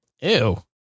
Ew